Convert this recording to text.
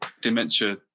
dementia